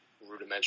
rudimentary